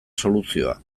soluzioa